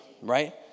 right